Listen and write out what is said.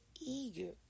eager